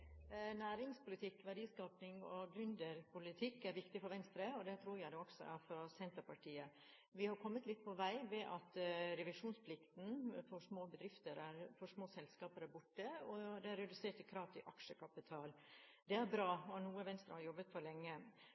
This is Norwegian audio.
er for Senterpartiet. Vi har kommet litt på vei ved at revisjonsplikten for små bedrifter, små selskaper, er borte, og at det er redusert krav til aksjekapital. Det er bra og noe som Venstre har jobbet for lenge.